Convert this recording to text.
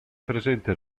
presente